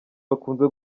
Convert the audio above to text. bakunze